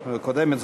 הקודמת,